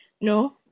No